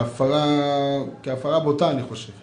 אני חושב שכהפרה בוטה